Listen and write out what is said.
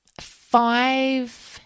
five